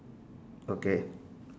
okay